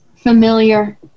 Familiar